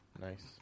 Nice